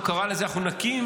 הוא קרא לזה: אנחנו נקים,